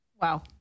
wow